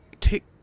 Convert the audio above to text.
Take